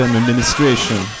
administration